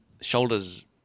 shoulders